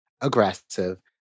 aggressive